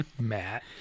matt